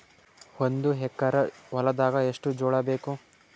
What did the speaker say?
ಒಂದು ಎಕರ ಹೊಲದಾಗ ಎಷ್ಟು ಜೋಳಾಬೇಕು?